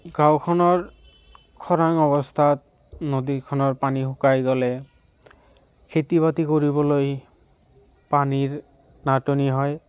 গাঁওখনৰ খৰাং অৱস্থাত নদীখনৰ পানী শুকাই গ'লে খেতি বাতি কৰিবলৈ পানীৰ নাটনি হয়